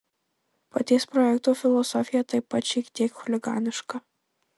paties projekto filosofija taip pat šiek tiek chuliganiška